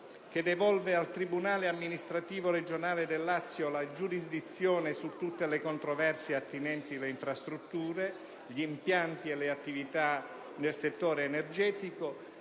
che devolve al tribunale amministrativo regionale del Lazio la giurisdizione su tutte le controversie attinenti alle infrastrutture, agli impianti ed alle attività del settore energetico,